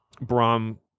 Brom